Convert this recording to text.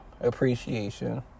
appreciation